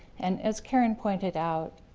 and as karenne pointed out,